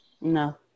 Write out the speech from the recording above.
No